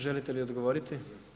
Želite li odgovoriti?